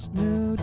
new